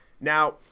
Now